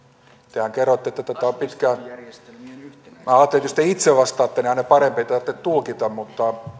tehän kerroitte että tätä on pitkään minä ajattelin että jos te itse vastaatte niin aina parempi ei tarvitse tulkita mutta